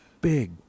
Big